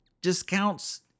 discounts